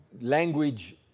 language